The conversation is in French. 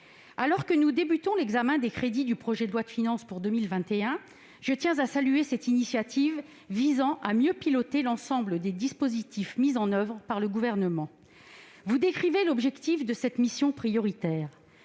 Alors que nous entamons l'examen des crédits du projet de loi de finances pour 2021, je tiens à saluer cette initiative, visant à mieux piloter l'ensemble des dispositifs mis en oeuvre par le Gouvernement. Vous décriviez ainsi l'objectif de cette mission prioritaire